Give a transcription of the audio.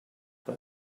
but